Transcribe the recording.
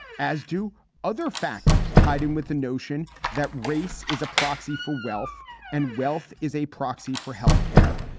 as do other factors tied in with the notion that race is a proxy for wealth and wealth is a. proxy for health care,